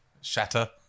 shatter